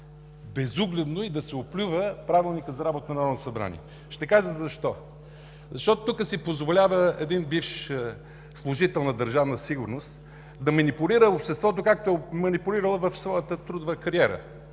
безогледно и да се оплюва Правилникът за работа на Народното събрание. Ще кажа защо. Защото тук си позволява един бивш служител на „Държавна сигурност” да манипулира обществото, както е манипулирал в своята трудова кариера